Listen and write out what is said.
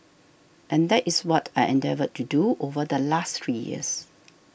and that is what I endeavoured to do over the last three years